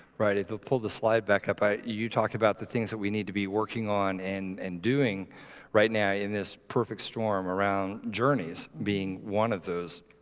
right. if you'll pull the slide back up, you talk about the things that we need to be working on and and doing right now in this perfect storm around journeys being one of those.